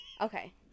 okay